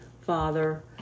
father